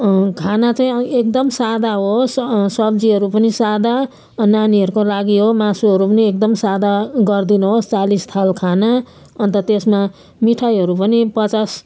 खाना चाहिँ एकदम सादा होस् सब्जीहरू पनि सादा नानीहरूको लागि हो मासुहरू पनि एकदम सादा गरिदिनु होस् चालिस थाल खाना अन्त त्यसमा मिठाईहरू पनि पचास